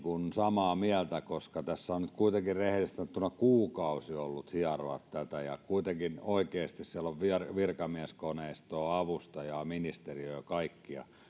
samaa mieltä koska tässä on nyt kuitenkin rehellisesti sanottuna kuukausi ollut aikaa hieroa tätä ja kuitenkin oikeasti siellä on virkamieskoneistoa avustajaa ministeriötä kaikkia